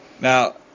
Now